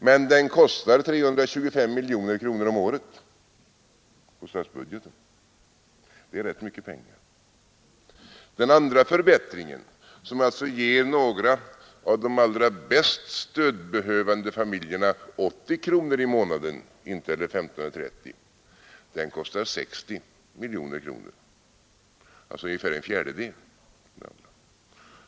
Men höjningen kostar 325 miljoner kronor om året på statsbudgeten, och det är rätt mycket pengar. Den andra förbättringen, som alltså ger några av de allra mest stödbehövande familjerna 80 kronor i månaden, kostar 60 miljoner kronor, alltså ungefär en fjärdedel.